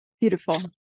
beautiful